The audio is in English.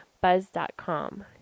buzz.com